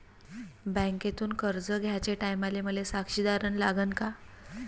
बँकेतून कर्ज घ्याचे टायमाले मले साक्षीदार अन लागन का?